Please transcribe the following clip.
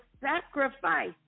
sacrifice